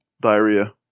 diarrhea